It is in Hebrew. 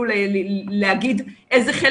אפילו אם אנחנו נותנים לפי הרמזור